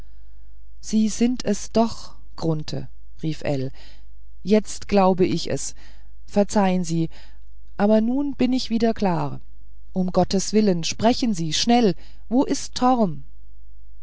sie sind es doch grunthe rief ell jetzt glaube ich es verzeihen sie aber nun bin ich wieder klar um gottes willen sprechen sie schnell wo ist torm